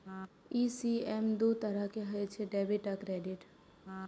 ECS दू तरहक होइ छै, डेबिट आ क्रेडिट